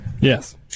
Yes